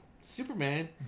superman